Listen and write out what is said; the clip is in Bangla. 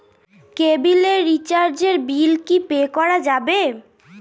কেবিলের রিচার্জের বিল কি পে করা যাবে?